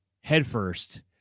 headfirst